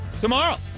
Tomorrow